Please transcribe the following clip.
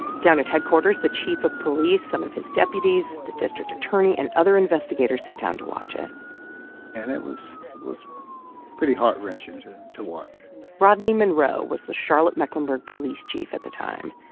down at headquarters, the chief of police, some of his deputies, the district attorney and other investigators sit down to watch it and it was it was pretty heart-wrenching to watch rodney monroe was the charlotte-mecklenburg police chief at the time.